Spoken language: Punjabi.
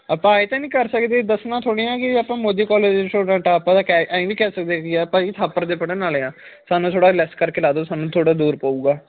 ਆਪਾਂ ਇਹ ਤਾਂ ਨਹੀਂ ਕਰ ਸਕਦੇ ਦੱਸਣਾ ਥੋੜੇ ਆ ਕਿ ਆਪਾਂ ਮੋਦੀ ਕੋਲਜ ਦੇ ਸਟੂਡੈਂਟ ਆ ਆਪਾਂ ਤਾਂ ਕਹਿ ਐਂ ਵੀ ਕਹਿ ਸਕਦੇ ਕਿ ਯਾਰ ਭਾਅ ਜੀ ਥਾਪਰ ਦੇ ਪੜ੍ਹਨ ਵਾਲੇ ਹਾਂ ਸਾਨੂੰ ਥੋੜ੍ਹਾ ਲੈਸ ਕਰਕੇ ਲਾ ਦਿਓ ਸਾਨੂੰ ਥੋੜ੍ਹਾ ਦੂਰ ਪਊਗਾ